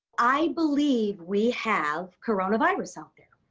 i believe we have coronavirus out there.